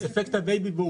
אפקט ה-בייבי בום